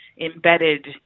embedded